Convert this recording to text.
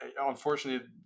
unfortunately